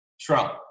Trump